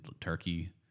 Turkey